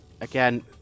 again